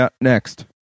next